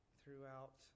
throughout